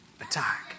attack